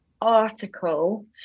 article